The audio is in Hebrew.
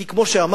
כי כמו שאמרנו,